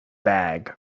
bag